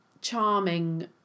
charming